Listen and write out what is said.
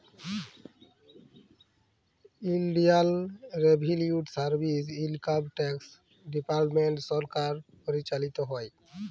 ইলডিয়াল revenue service, income tax department সরকার পরিচালিত হ্যয়